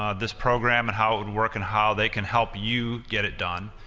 um this program and how it would work and how they can help you get it done.